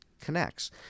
connects